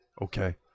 Okay